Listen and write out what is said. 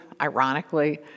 ironically